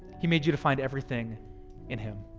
he made you to find everything in him.